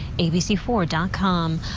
abc four dot com.